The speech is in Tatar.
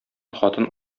хатын